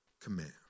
command